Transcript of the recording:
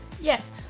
yes